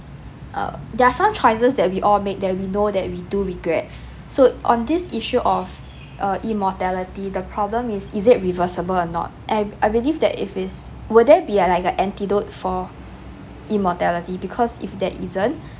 err there are some choices that we all make that we know that we do regret so on this issue of uh immortality the problem is is it reversible or not and I believe that if is will there be like a antidote for immortality because if there isn't